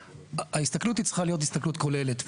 ההסתכלות צריכה להיות הסתכלות כוללת,